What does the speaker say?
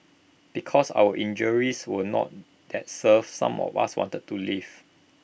because our injuries were not that severe some of us wanted to leave